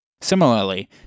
Similarly